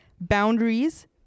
boundaries